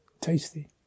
tasty